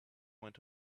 went